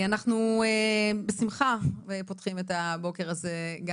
אנחנו בשמחה פותחים את הבוקר הזה עם